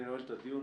אני נועל את הדין.